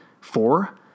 Four